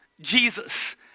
Jesus